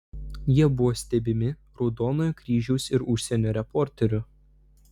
jie buvo stebimi raudonojo kryžiaus ir užsienio reporterių